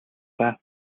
даа